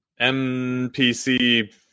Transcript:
MPC